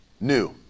new